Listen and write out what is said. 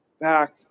back